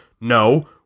no